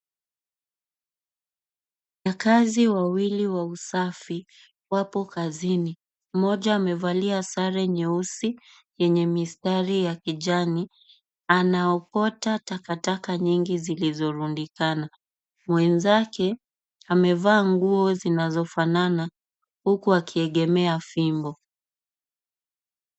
Wafanyikasi wawili wa usafi wapo kasini mmoja amevalia sare nyeusi yenye mistari ya kijani anaokota takataka nyingi silizorundikana mwenzake amevaa nguo zinazofana uku akiekemea vimbo.